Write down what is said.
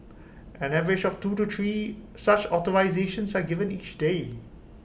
an average of two to three such authorisations are given each day